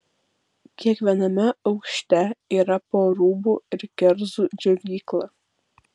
kiekviename aukšte yra po rūbų ir kerzų džiovyklą